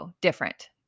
Different